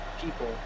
people